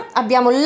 abbiamo